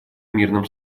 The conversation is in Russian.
мирном